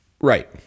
Right